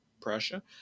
Prussia